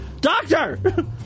Doctor